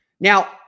Now